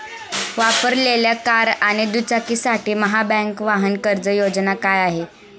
वापरलेल्या कार आणि दुचाकीसाठी महाबँक वाहन कर्ज योजना काय आहे?